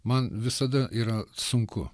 man visada yra sunku